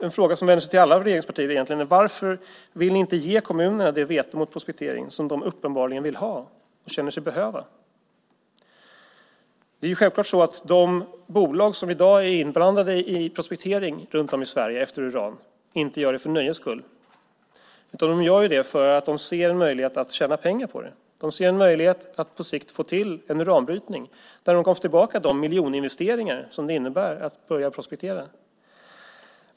En fråga som vänder sig till alla regeringspartier egentligen: Varför vill ni inte ge kommunerna det veto mot prospektering som de uppenbarligen vill ha och känner sig behöva? Det är självklart att de bolag som i dag är inblandade i prospektering efter uran runt om i Sverige inte gör det för nöjes skull. De gör det för att de ser en möjlighet att tjäna pengar på det. De ser en möjlighet att på sikt få till en uranbrytning där de får tillbaka de miljoninvesteringar som det innebär att börja prospektera.